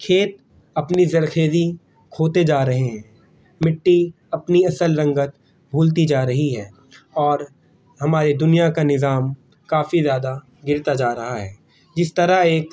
کھیت اپنی زرخیرزی کھوتے جا رہے ہیں مٹی اپنی اصل رنگت بھولتی جا رہی ہے اور ہماری دنیا کا نظام کافی زیادہ گرتا جا رہا ہے جس طرح ایک